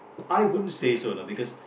I wouldn't say so you know because